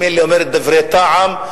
אומרת דברי טעם,